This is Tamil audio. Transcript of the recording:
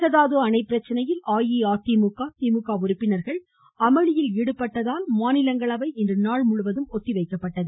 மேகதாது அணை பிரச்சினையில் அஇஅதிமுக திமுக உறுப்பினர்கள் அமளியில் ஈடுபட்டதால் மாநிலங்களவை இன்று நாள் முழுவதும் ஒத்திவைக்கப்பட்டது